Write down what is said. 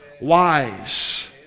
wise